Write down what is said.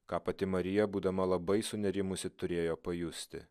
ką pati marija būdama labai sunerimusi turėjo pajusti